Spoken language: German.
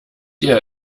ihr